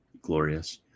Glorious